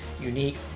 unique